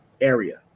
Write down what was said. area